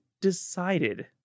decided